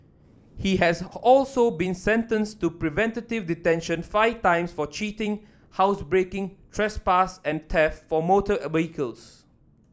he has also been sentenced to preventive detention five times for cheating housebreaking trespass and theft for motor vehicles